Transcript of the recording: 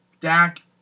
Dak